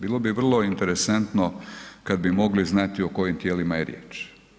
Bilo bi vrlo interesantno kada bi mogli znati o kojim tijelima je riječ.